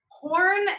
porn